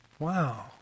Wow